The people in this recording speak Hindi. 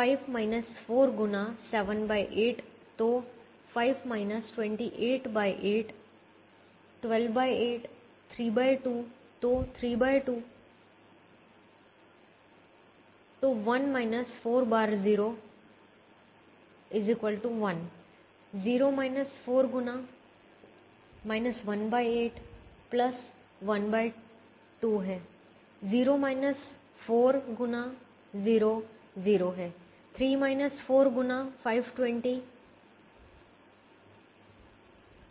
5 4 गुना 78 तो 5 288 128 32 तो 3 2 तो 1 4 बार 0 1 0 4 गुना 18 12 है 0 4 गुना 0 0 है 30 4 गुना 520